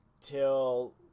till